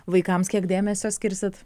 vaikams kiek dėmesio skirsit